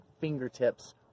fingertips